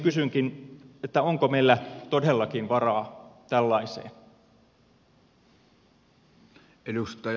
kysynkin onko meillä todellakin varaa tällaiseen